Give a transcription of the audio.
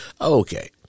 okay